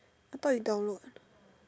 I thought you download